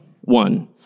One